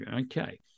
Okay